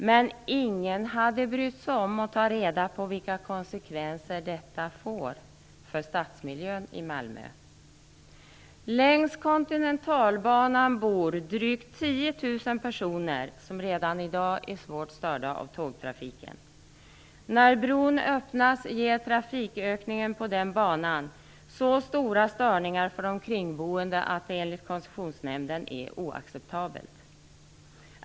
Men ingen har brytt sig om att ta reda på vilka konsekvenser detta får för stadsmiljön i Malmö. Längs Kontinentalbanan bor drygt 10 000 personer som redan i dag är svårt störda av tågtrafiken. När bron öppnas medför trafikökningen på Kontinentalbanan så stora störningar för de kringboende att det enligt Koncessionsnämnden är oacceptabelt.